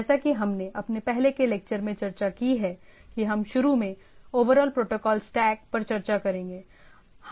जैसा कि हमने अपने पहले के लेक्चर में चर्चा की है कि हम शुरू में ओवरऑल प्रोटोकॉल स्टैक पर चर्चा करेंगे